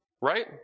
Right